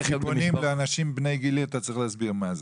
ג'יפונים לאנשים בני גילי אתה צריך להסביר מה זה.